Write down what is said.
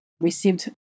received